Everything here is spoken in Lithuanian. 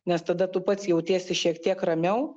nes tada tu pats jautiesi šiek tiek ramiau